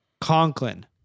Conklin